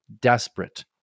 desperate